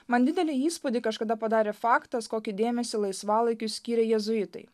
man didelį įspūdį kažkada padarė faktas kokį dėmesį laisvalaikiui skyrė jėzuitai